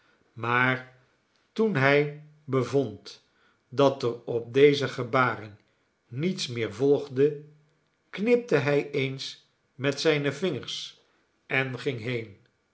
maar toen hij bevond dat er op deze gebaren niets meer volgde knipte hij eens met zijne vingers en ging heen